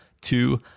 Two